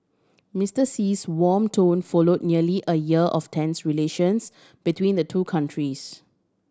Mister Xi's warm tone follow nearly a year of tense relations between the two countries